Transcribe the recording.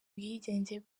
ubwigenge